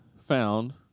found